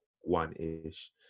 one-ish